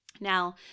Now